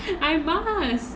I must